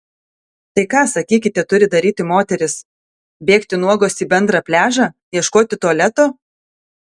tai ką sakykite turi daryti moterys bėgti nuogos į bendrą pliažą ieškoti tualeto